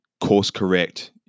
course-correct